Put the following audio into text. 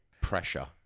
Pressure